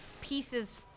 Pieces